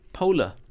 Polar